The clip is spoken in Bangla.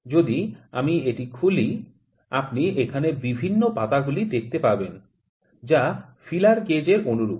যদি আমি এটি খুলি আপনি এখানে বিভিন্ন পাতাগুলি দেখতে পাবেন যা ফিলার গেজ এর অনুরূপ